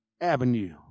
avenue